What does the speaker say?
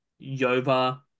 Yova